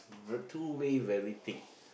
very too way very thick